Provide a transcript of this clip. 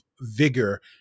vigor